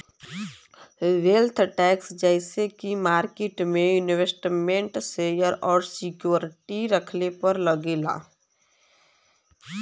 wealth tax जइसे की market में इन्वेस्टमेन्ट शेयर और सिक्योरिटी रखले पर लगेला